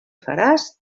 faràs